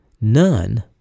none